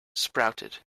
sprouted